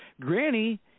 Granny